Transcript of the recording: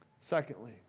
Secondly